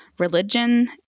religion